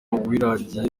uwiragiye